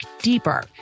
deeper